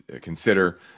consider